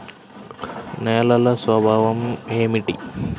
నేలల స్వభావం ఏమిటీ?